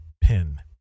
pin